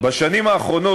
בשנים האחרונות,